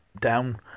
down